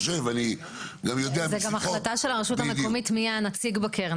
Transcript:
זאת גם החלטה של הרשות המקומית מי יהיה הנציג בקרן,